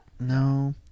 No